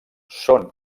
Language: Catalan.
són